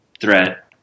threat